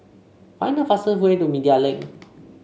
find the fastest way to Media Link